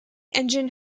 engine